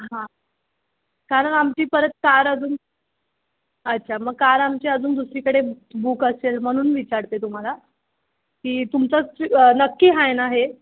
हां कारण आमची परत कार अजून अच्छा मग कार आमची अजून दुसरीकडे बुक असेल म्हणून विचारते तुम्हाला की तुमचं नक्की आहे ना हे